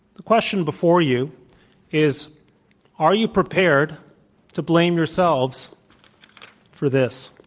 the question before you is are you prepared to blame yourselves for this?